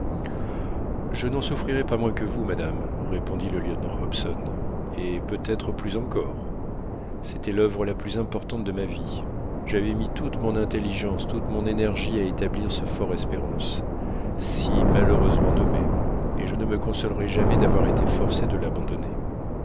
je n'en souffrirai pas moins que vous madame répondit le lieutenant hobson et peut-être plus encore c'était l'oeuvre la plus importante de ma vie j'avais mis toute mon intelligence toute mon énergie à établir ce fort espérance si malheureusement nommé et je ne me consolerai jamais d'avoir été forcé de l'abandonner